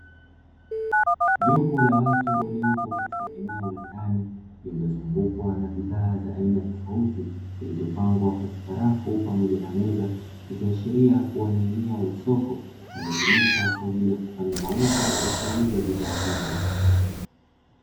Jopo la watu waliopo katika eneo la ndani, lililozungukwa na bidhaa za aina tofauti zilizopangwa katika rafu pamoja na meza ikiashiria kuwa ni eneo la soko linalotumika kwa ajili ya kufanya mauzo ya kuuza bidhaa hizo.